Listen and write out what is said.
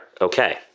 Okay